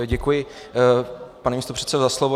Děkuji, pane místopředsedo, za slovo.